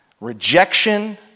rejection